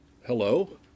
hello